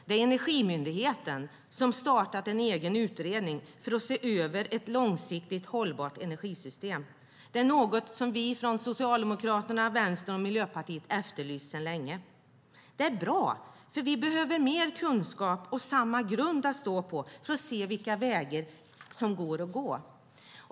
Det är Energimyndigheten som startat en egen utredning för att se över ett långsiktigt hållbart energisystem. Det är något som vi från Socialdemokraterna, Vänstern och Miljöpartiet efterlyst sedan länge. Det är bra, för vi behöver mer kunskap och samma grund att stå på för att se vilka vägar som går att gå.